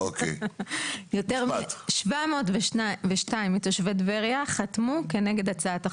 יותר מ-702 מתושבי טבריה חתמו כנגד הצעת החוק,